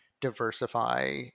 diversify